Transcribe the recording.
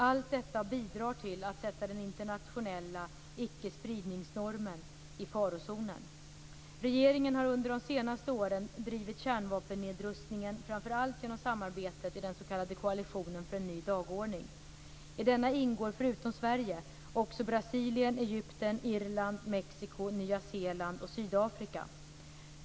Allt detta bidrar till att sätta den internationella ickespridningsnormen i farozonen. Regeringen har under de senaste åren drivit kärnvapennedrustningen framför allt genom samarbetet i den s.k. koalitionen för en ny dagordning. I denna ingår, förutom Sverige, också Brasilien, Egypten, Irland, Mexiko, Nya Zeeland och Sydafrika.